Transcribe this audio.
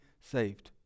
saved